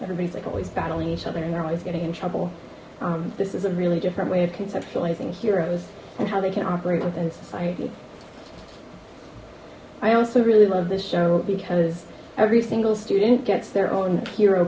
everybody's like always battling each other and are always getting in trouble this is a really different way of conceptualizing heroes and how they can operate within society i also really love this show because every single student gets their own hero